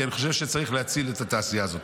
כי אני חושב שצריך להציל את התעשייה הזאת.